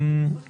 תודה רבה.